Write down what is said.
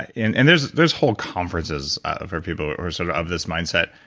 and and there's there's whole conferences for people who are sort of of this mindset.